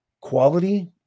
quality